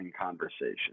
conversation